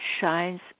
shines